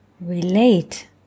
relate